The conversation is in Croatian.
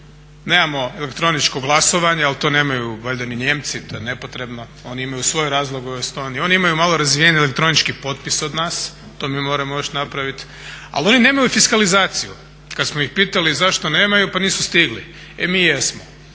Nemamo elektroničko glasovanje, ali to nemaju valjda ni Nijemci. To je nepotrebno. Oni imaju svoje razloge u Estoniji. Oni imaju malo razvijeniji elektronički potpis od nas. To mi moramo još napraviti. Ali oni nemaju fiskalizaciju. Kad smo ih pitali zašto nemaju pa nisu stigli. E mi jesmo.